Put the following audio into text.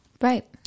Right